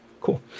cool